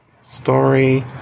Story